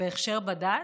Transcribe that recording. בהכשר בד"ץ?